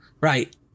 Right